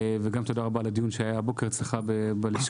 וגם תודה רבה לדיון שהיה הבוקר אצלך בלשכה.